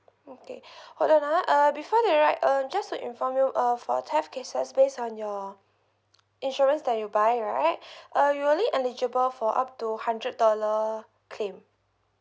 okay hold on ah uh before that right um just to inform you uh for theft cases based on your insurance that you buy right uh you only eligible for up to hundred dollar claim